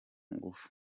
ngufu